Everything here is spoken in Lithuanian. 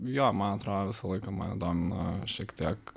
jo man atrodo visą laiką mane domino šiek tiek